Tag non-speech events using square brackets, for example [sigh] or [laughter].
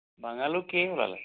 [unintelligible] কি ওলালে